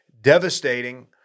Devastating